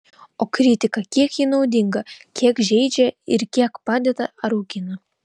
o kritika kiek ji naudinga kiek žeidžia ir kiek padeda ar augina